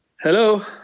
hello